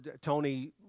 Tony